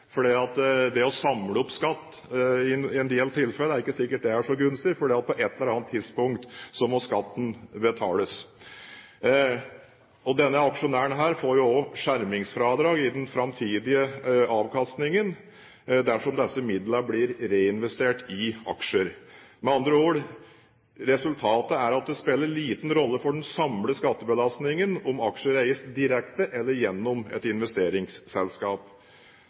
det er så gunstig å samle opp skatt, for på et eller annet tidspunkt må skatten betales. Denne aksjonæren får også skjermingsfradrag i den framtidige avkastningen, dersom disse midlene blir reinvestert i aksjer. Med andre ord: Resultatet er at det spiller liten rolle for den samlede skattebelastningen om aksjer eies direkte eller gjennom et investeringsselskap.